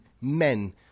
men